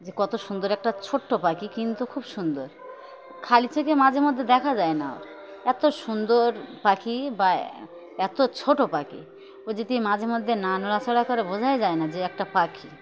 যে কত সুন্দর একটা ছোট্ট পাখি কিন্তু খুব সুন্দর খালি চোখে মাঝে মধ্যে দেখা যায় না ওর এত সুন্দর পাখি বা এত ছোটো পাখি ও যদি মাঝে মধ্যে নাড়াচড়া করে বোঝাই যায় না যে একটা পাখি